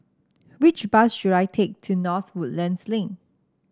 which bus should I take to North Woodlands Link